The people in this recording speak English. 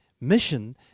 Mission